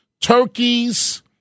turkeys